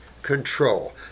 control